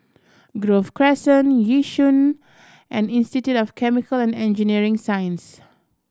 Grove Crescent Yishun and Institute of Chemical and Engineering Science